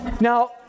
Now